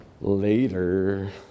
Later